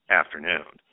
afternoon